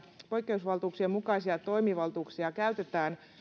poikkeusvaltuuksien mukaisia toimivaltuuksia käytämme